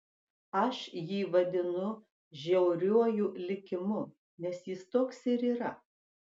aš jį vadinu žiauriuoju likimu nes jis toks ir yra